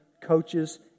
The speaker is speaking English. coaches